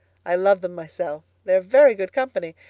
i love them myself. they are very good company.